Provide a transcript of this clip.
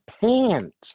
pants